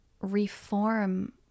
reform